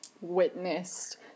witnessed